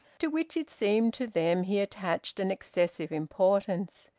to which it seemed to them he attached an excessive importance.